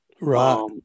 Right